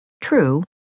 True